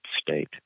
state